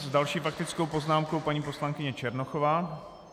S další faktickou poznámkou paní poslankyně Černochová.